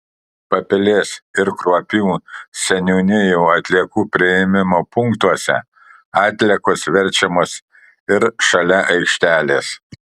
papilės ir kruopių seniūnijų atliekų priėmimo punktuose atliekos verčiamos ir šalia aikštelės